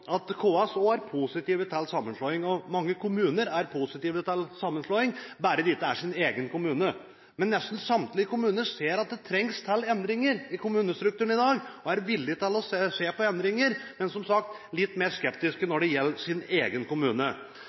at KS også er positiv til sammenslåing. Mange kommuner er positive til sammenslåing – bare det ikke gjelder deres egen kommune. Nesten samtlige kommuner ser at det trengs endringer i kommunestrukturen i dag, og er villige til å se på endringer, men de er som sagt litt mer skeptiske når det gjelder deres egen kommune.